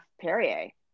perrier